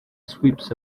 sweeps